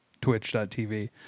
twitch.tv